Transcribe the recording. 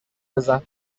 بزن